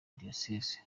diyoseze